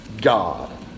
God